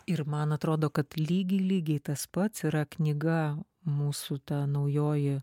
ir man atrodo kad lygiai lygiai tas pats yra knyga mūsų ta naujoji